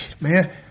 man